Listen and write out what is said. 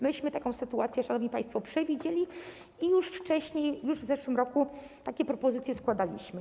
Myśmy taką sytuację, szanowni państwo, przewidzieli i już wcześniej, już w zeszłym roku takie propozycje składaliśmy.